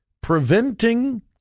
Preventing